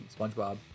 Spongebob